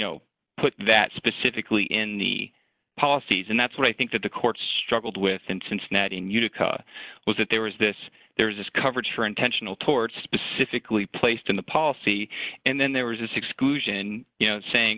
know put that specifically in the policies and that's what i think that the court struggled with in cincinnati in utica was that there was this there is coverage for intentional tort specifically placed in the policy and then there was this exclusion you know saying